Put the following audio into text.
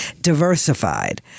diversified